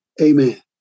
amen